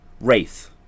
Wraith